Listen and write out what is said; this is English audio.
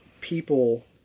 people